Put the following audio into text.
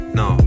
no